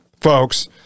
folks